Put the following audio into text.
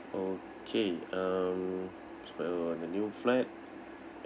okay um on the new flat